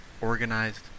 organized